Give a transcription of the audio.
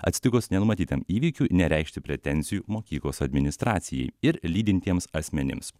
atsitikus nenumatytam įvykiui nereikšti pretenzijų mokyklos administracijai ir lydintiems asmenims